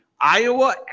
Iowa